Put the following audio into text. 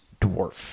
dwarf